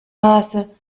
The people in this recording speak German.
hase